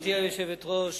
גברתי היושבת-ראש,